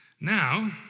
Now